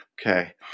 Okay